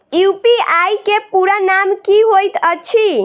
UPI केँ पूरा नाम की होइत अछि?